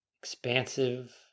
expansive